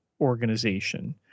organization